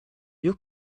you